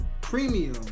premium